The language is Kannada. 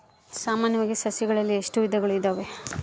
ಸಾಮಾನ್ಯವಾಗಿ ಸಸಿಗಳಲ್ಲಿ ಎಷ್ಟು ವಿಧಗಳು ಇದಾವೆ?